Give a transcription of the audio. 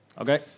Okay